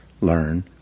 learn